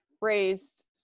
raised